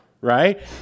right